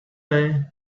day